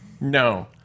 No